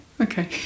Okay